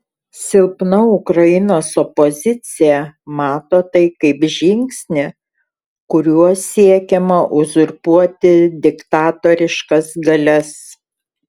silpna ukrainos opozicija mato tai kaip žingsnį kuriuo siekiama uzurpuoti diktatoriškas galias